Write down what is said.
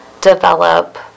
develop